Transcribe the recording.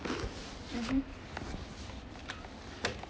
mmhmm